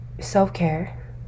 self-care